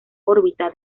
órbita